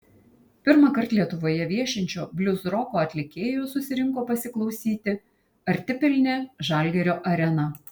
pirmąkart lietuvoje viešinčio bliuzroko atlikėjo susirinko pasiklausyti artipilnė žalgirio arena